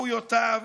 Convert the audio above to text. זכויותיו